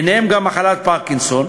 וביניהן גם במחלת פרקינסון,